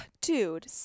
dude